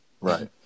Right